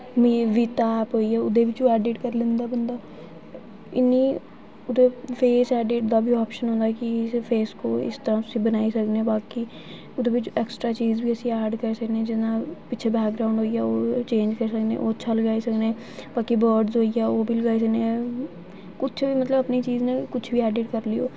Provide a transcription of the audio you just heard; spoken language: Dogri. बीटा ऐप होई गेआ ओह्दे बिच्चूं ऐडिट करी लैंदा बंदा इन्नी फेस ऐडिट दा बी आप्शन होंदा कि अस फेस इस तरह् बनाई सकने आं बाकी ओह्दे बिच ऐक्सट्रा चीज बी अस ऐड करी सकने आं जि'यां पिच्छै बैकग्राउंड होई गेआ ओह् चेंज करी सकने ओह् अच्छा लोआई सकने आं बाकी वर्ड होई गेआ ओह् बी लोआई सकने आं किछ बी मतलब अपनी चीज किछ बी ऐडिट करी लैओ